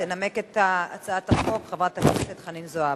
תנמק את הצעת החוק חברת הכנסת חנין זועבי.